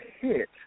hit